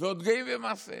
ועוד גאים במעשיהם.